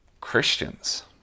Christians